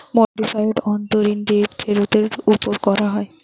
modified অভ্যন্তরীন rate ফেরতের ওপর করা হয়